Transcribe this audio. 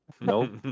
Nope